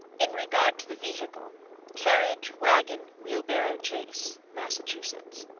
in regard to the vehicle carriage, wagon, wheelbarrow, chaise. massachusetts.